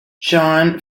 john